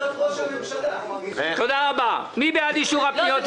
--- מי בעד אישור הפניות?